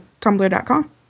Tumblr.com